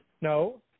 No